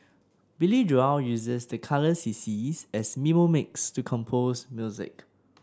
Billy Joel uses the colours he sees as mnemonics to compose music